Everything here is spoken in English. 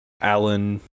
Allen